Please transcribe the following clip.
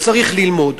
הוא צריך ללמוד.